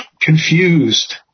Confused